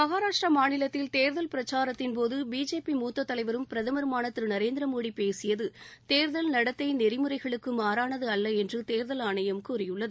மஹாராஷ்ட்ரா மாநிலத்தில் தேர்தல் பிரச்சாரத்தின் போது பிஜேபி மூத்தத் தலைவரும் பிரதமருமான திரு நரேந்திர மோடி பேசியது தேர்தல் நடத்தை நெறிமுறைகளுக்கு மாறானது அல்ல என்று தேர்தல் ஆணையம் கூறியுள்ளது